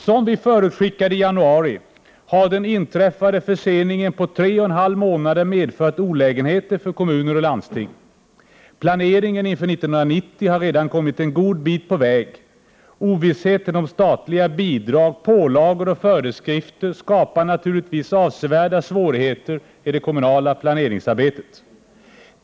Som vi föreskickade i januari, har den inträffade förseningen på tre och en halv månader medfört olägenheter för kommuner och landsting. Planeringen inför 1990 har redan kommit en god bit på väg. Ovissheten om statliga bidrag, pålagor och föreskrifter skapar naturligtvis avsevärda svårigheter i det kommunala planeringsarbetet.